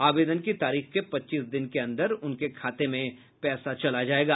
आवेदन की तारीख के पच्चीस दिन के अन्दर उनके खाते में पैसा चला जायेगा